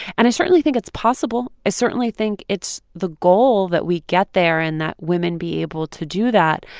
and i certainly think it's possible. i certainly think it's the goal that we get there and that women be able to do that.